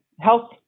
health